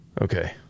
Okay